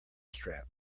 strap